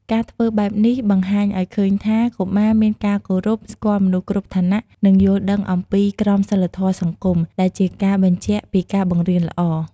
ការធ្វើបែបនេះបង្ហាញឲ្យឃើញថា កុមារមានការគោរព ស្គាល់មនុស្សគ្រប់ឋានៈ និងយល់ដឹងអំពីក្រមសីលធម៌សង្គម ដែលជាការបញ្ជាក់ពីការបង្រៀនល្អ